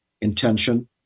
intention